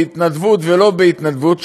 בהתנדבות ולא בהתנדבות,